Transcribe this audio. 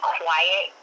quiet